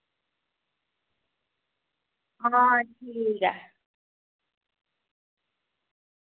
आं ठीक ऐ